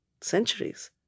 centuries